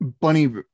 Bunny